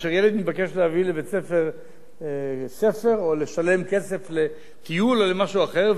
כאשר ילד מתבקש להביא לבית-ספר ספר או לשלם כסף לטיול או למשהו אחר,